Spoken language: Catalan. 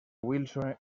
wilson